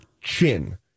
chin